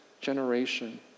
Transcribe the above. generation